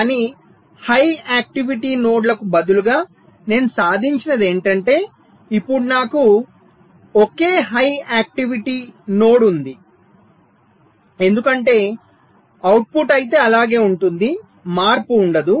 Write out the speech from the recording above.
కానీ 2 high activity నోడ్లకు బదులుగా నేను సాధించినది ఏంటంటే ఇప్పుడు నాకు ఒకే హై యాక్టివిటీ నోడ్ ఉంది ఎందుకంటే అవుట్పుట్ అయితే అలాగే ఉంటుంది మార్పు ఉండదు